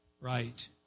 right